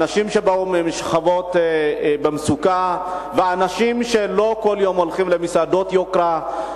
האנשים משכבות המצוקה ואנשים שלא כל יום הולכים למסעדות יוקרה,